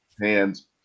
hands